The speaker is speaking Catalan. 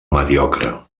mediocre